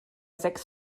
sechs